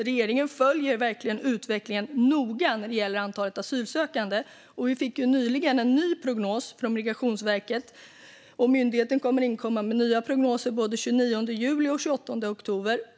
Regeringen följer verkligen utvecklingen noga när det gäller antalet asylsökande. Vi fick nyligen en ny prognos från Migrationsverket, och myndigheten kommer att inkomma med nya prognoser både den 29 juli och den 28 oktober.